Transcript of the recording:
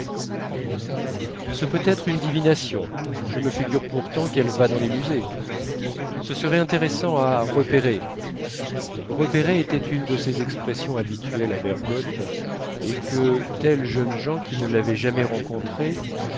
ce peut être une divination je me figure pourtant qu'elle va dans les musées ce serait intéressant à repérer repérer était une de ces expressions habituelles à bergotte et que tels jeunes gens qui ne l'avaient jamais rencontré